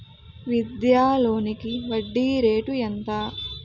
విద్యా లోనికి వడ్డీ రేటు ఎంత?